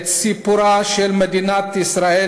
את סיפורה של מדינת ישראל,